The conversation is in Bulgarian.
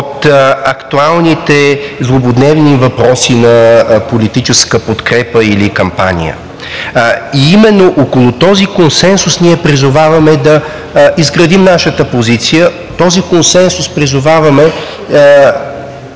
актуалните злободневни въпроси на политическа подкрепа или кампания. И именно около този консенсус ние призоваваме да изградим нашата позиция. Призоваваме